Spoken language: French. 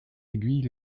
aiguilles